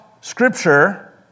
Scripture